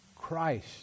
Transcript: Christ